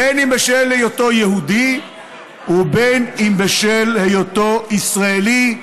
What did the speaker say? בין אם בשל היותו יהודי ובין אם בשל היותו ישראלי,